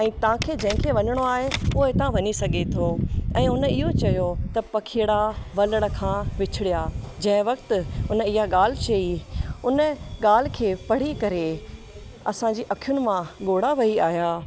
ऐं तव्हांखे जंहिंखे वञिणो आहे उहि हितां वञी सघे थो ऐं उन इहो चयो त पखिअड़ा वलर खां विछिड़िया जैं वक़्तु उन इहा ॻाल्हि चई उन ॻाल्हि खे पढ़ी करे असांजी अखियुनि मां ॻोढ़ा वही आहियां